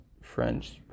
French